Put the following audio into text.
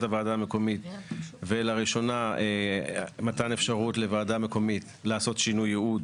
הוועדה המקומית ולראשונה מתן אפשרות לוועדה מקומית לעשות שינוי ייעוד